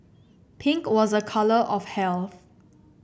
pink was a colour of health